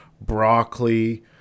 broccoli